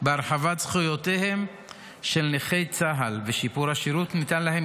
בהרחבת זכויותיהם של נכי צה"ל ושיפור השירות ניתן להם,